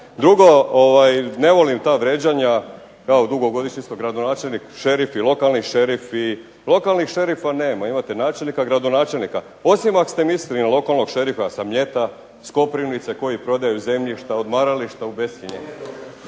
Drugo, ne volim ta vrijeđanja. Kao dugogodišnji sam gradonačelnik, šerif i lokalni šerif. Lokalnih šerifa nema, imate načelnika, gradonačelnika, osim ako ste mislili na lokalnog šerifa sa Mljeta, s Koprivnice koji prodaju zemljišta, odmarališta u bescjenje.